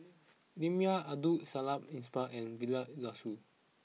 Lim Yau Abdul Samad Ismail and Vilma Laus